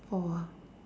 four ah